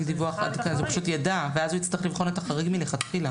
אז הוא פשוט יידע ואז הוא יצטרך לבחון את החריג מלכתחילה.